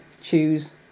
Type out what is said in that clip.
choose